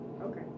okay